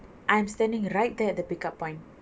I'm standing right there at the pick up point